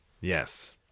Yes